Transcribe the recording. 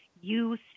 youth